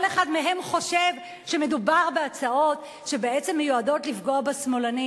כל אחד מהם חושב שמדובר בהצעות שבעצם מיועדות לפגוע בשמאלנים.